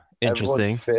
Interesting